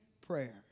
prayer